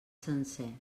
sencer